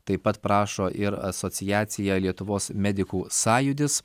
taip pat prašo ir asociacija lietuvos medikų sąjūdis